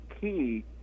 key